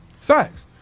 Facts